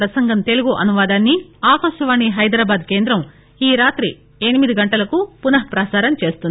ప్రసంగం తెలుగు అనువాదాన్ని ఆకాశవాణి హైదరాబాద్ కేంద్రం ఈ రాత్రి ఎనిమిది గంటలకు పునఃప్రసారం చేస్తుంది